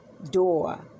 door